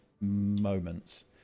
moments